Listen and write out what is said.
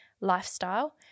lifestyle